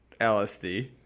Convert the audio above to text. lsd